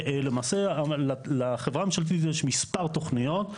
ולמעשה לחברה הממשלתית יש מספר תוכניות,